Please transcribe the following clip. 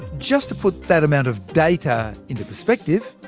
just to put that amount of data into perspective,